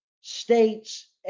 states